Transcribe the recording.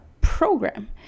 program